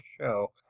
show